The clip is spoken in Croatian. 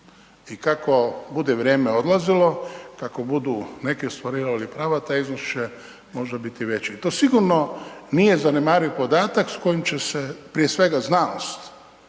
I kako bude vrijeme odlazilo, kako budu neki ostvarivali prava, taj iznos će možda biti i veći i to sigurno nije zanemariv podatak, s kojim će se, prije svega, znanost